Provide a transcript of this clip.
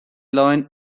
line